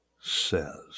says